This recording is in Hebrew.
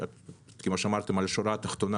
על השורה התחתונה